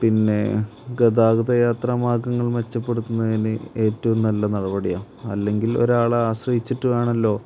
പിന്നെ ഗതാഗത യാത്രാ മാർഗങ്ങൾ മെച്ചപ്പെടുത്തുന്നതിന് ഏറ്റവും നല്ല നടപടിയാണ് അല്ലെങ്കിൽ ഒരാളെ ആശ്രയിച്ചിട്ട് വേണമല്ലോ